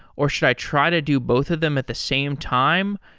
or should i try to do both of them at the same time?